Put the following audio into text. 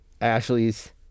Ashley's